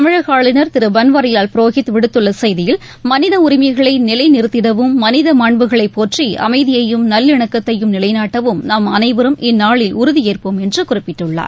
தமிழகஆளுநர் திருபன்வாரிலால் புரோஹித் விடுத்துள்ளசெய்தியில் மனிதஉரிமைகளைநிலைநிறுத்திடவும் மனிதமாண்புகளைப் போற்றி அமைதியையும் நல்லிணக்கத்தையும் நிலைநாட்டவும் நாம் அனைவரும் இந்நாளில் உறுதியேற்போம் என்றுகுறிப்பிட்டுள்ளார்